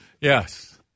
Yes